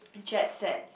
jet set